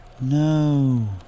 No